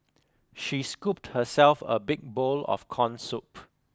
she scooped herself a big bowl of corn soup